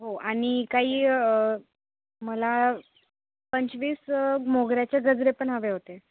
हो आणि काही मला पंचवीस मोगऱ्याचे गजरे पण हवे होते